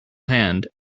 hand